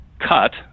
cut